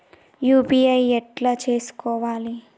UPI ఎట్లా చేసుకోవాలి?